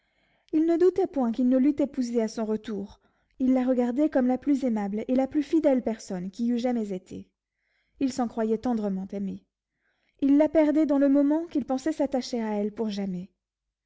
il ne doutait point qu'il ne l'eût épousée à son retour il la regardait comme la plus aimable et la plus fidèle personne qui eût jamais été il s'en croyait tendrement aimé il la perdait dans le moment qu'il pensait s'attacher à elle pour jamais